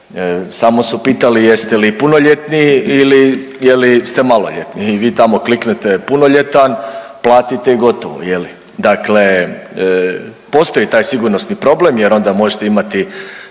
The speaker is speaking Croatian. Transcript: samo su pitali jeste li punoljetni ili je li, ste maloljetni i vi tamo kliknete punoljetan, platite i gotovo, je li? Dakle, postoji taj sigurnosni problem jer onda možete imati